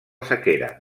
sequera